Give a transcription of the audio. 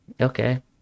Okay